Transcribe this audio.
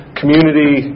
community